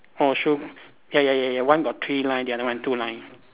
orh true ya ya ya ya one got three line the other one two line